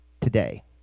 today